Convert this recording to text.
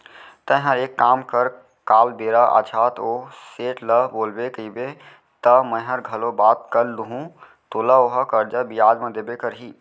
तैंहर एक काम कर काल बेरा आछत ओ सेठ ल बोलबे कइबे त मैंहर घलौ बात कर दूहूं तोला ओहा करजा बियाज म देबे करही